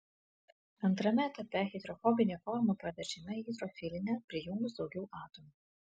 antrame etape hidrofobinė forma paverčiama į hidrofilinę prijungus daugiau atomų